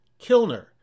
Kilner